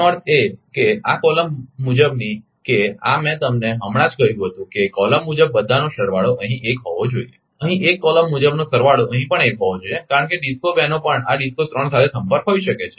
આનો અર્થ એ કે આ કોલમ મુજબની કે આ મેં તમને હમણાં જ કહ્યું હતું કે કોલમ મુજબ બધાનો સરવાળો અહીં 1 હોવો જોઈએ અહીં 1 કોલમ મુજબનો સરવાળો અહીં પણ 1 હોવો જોઈએ કારણ કે DISCO 2 નો પણ આ DISCO 3 સાથે સંપર્ક હોઈ શકે છે